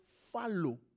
follow